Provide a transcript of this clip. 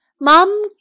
Mom